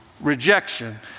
rejection